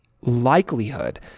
likelihood